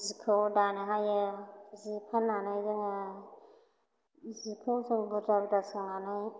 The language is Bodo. जिखौ दानो हायो जि फान्नानै जोङो जिखौ जों बुरजा बुरजा सोंनानै